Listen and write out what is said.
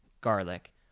garlic